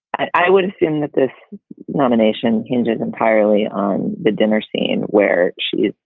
i would assume that this nomination hinges entirely on the dinner scene where she's,